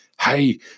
Hey